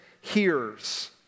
hears